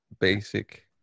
basic